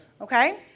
Okay